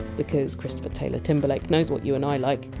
because christopher taylor timberlake knows what you and i like.